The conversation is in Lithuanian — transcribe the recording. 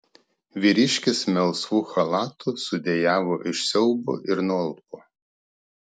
vyriškis melsvu chalatu sudejavo iš siaubo ir nualpo